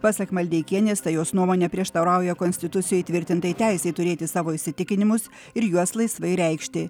pasak maldeikienės tai jos nuomone prieštarauja konstitucijoj įtvirtintai teisei turėti savo įsitikinimus ir juos laisvai reikšti